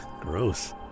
gross